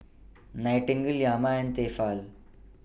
Nightingale Yamaha and Tefal